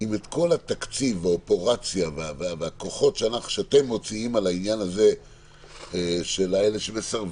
האם את כל התקציב שאתם מוציאים על העניין הזה של הסרבנים,